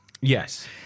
yes